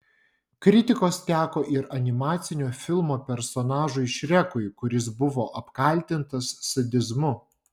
kritikos teko ir animacinio filmo personažui šrekui kuris buvo apkaltintas sadizmu